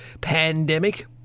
pandemic